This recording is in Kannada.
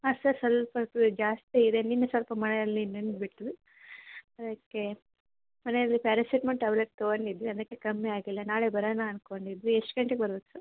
ಹಾಂ ಸರ್ ಸ್ವಲ್ಪ ಜಾಸ್ತಿ ಇದೆ ನಿನ್ನೆ ಸ್ವಲ್ಪ ಮಳೆಯಲ್ಲಿ ನೆನೆದು ಬಿಟ್ವಿ ಅದಕ್ಕೆ ಮನೇಲಿ ಪ್ಯಾರಸಿಟ್ಮೋಲ್ ಟ್ಯಾಬ್ಲೆಟ್ ತಗೊಂಡಿದ್ದೆ ಅದಕ್ಕೆ ಕಮ್ಮಿ ಆಗಿಲ್ಲ ನಾಳೆ ಬರೋಣ ಅನ್ಕೊಂಡಿದ್ವಿ ಎಷ್ಟು ಗಂಟೆಗೆ ಬರ್ಬೇಕು ಸರ್